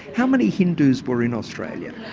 how many hindus were in australia?